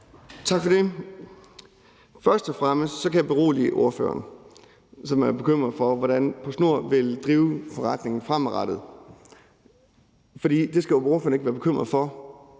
Tak for det. Først og fremmest kan jeg berolige ordføreren, som er bekymret for, hvordan PostNord vil drive forretningen fremadrettet. For det skal ordføreren ikke være bekymret for